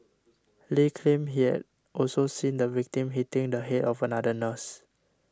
Lee claimed he had also seen the victim hitting the head of another nurse